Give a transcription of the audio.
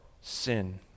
sin